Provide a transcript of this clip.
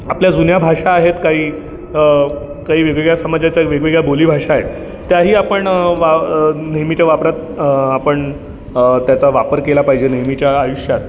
आपल्या जुन्या भाषा आहेत काही काही वेगवेगळ्या समाजाच्या वेगवेगळ्या बोलीभाषा आहेत त्याही आपण नेहमीच्या वापरात आपण त्याचा वापर केला पाहिजे नेहमीच्या आयुष्यात